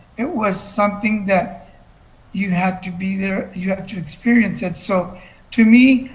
it was something that you have to be there. you have to experience it. so to me,